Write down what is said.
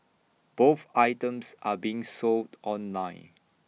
both items are being sold online